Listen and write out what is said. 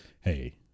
Hey